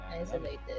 Isolated